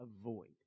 avoid